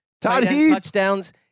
touchdowns